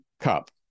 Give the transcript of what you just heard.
Cup